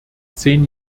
zehn